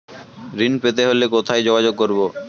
ঋণ পেতে হলে কোথায় যোগাযোগ করব?